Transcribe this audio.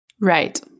Right